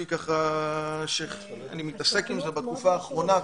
ככה כי אני מתעסק עם זה בתקופה האחרונה.